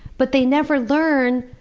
but they never learn,